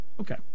Okay